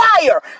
fire